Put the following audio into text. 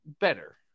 better